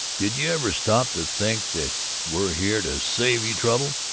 did you ever stop to think that we're here to save you trouble?